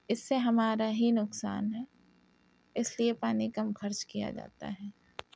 اس سے ہمارا ہی نقصان ہے اس لیے پانی کم خرچ کیا جاتا